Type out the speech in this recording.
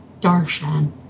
Darshan